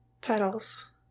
petals